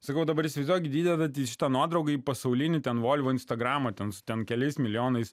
sakau dabar įsivaizduok įdedat į šitą nuotrauką į pasaulinį ten volvo instagramą ten su ten keliais milijonais